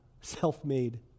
self-made